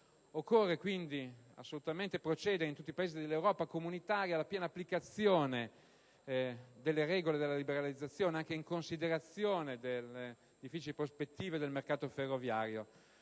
Occorre quindi procedere, in tutti i Paesi dell'Europa comunitaria, alla piena applicazione delle regole della liberalizzazione, anche in considerazione del difficili prospettive del mercato ferroviario: